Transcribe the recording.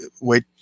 wait